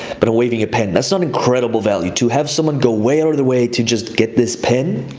but i'm waving at pen, that's not incredible value to have someone go way out of the way to just get this pen